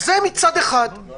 זה לא נכון.